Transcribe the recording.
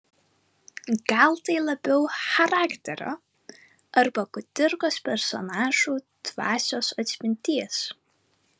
gal tai labiau charakterio arba kudirkos personažų dvasios atspindys